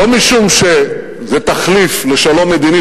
לא משום שזה תחליף לשלום מדיני,